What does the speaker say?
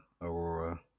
Aurora